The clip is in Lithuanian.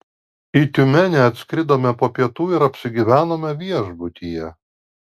į tiumenę atskridome po pietų ir apsigyvenome viešbutyje